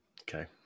Okay